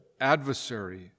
adversary